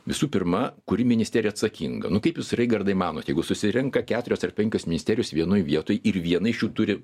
visu pirma kuri ministerija atsakinga nu kaip jūs raigardai manot jeigu susirenka keturios ar penkios ministerijos vienoj vietoj ir viena iš jų turi